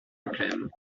acclaim